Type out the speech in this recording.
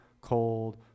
cold